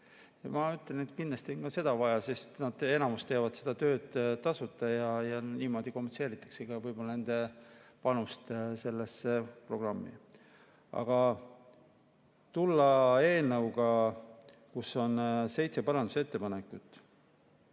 Ma ütlen, et kindlasti on ka seda vaja, sest nad enamik teeb seda tööd tasuta ja niimoodi kompenseeritakse ka nende panust sellesse programmi. Aga tulla eelnõuga, kus on seitse parandusettepanekut,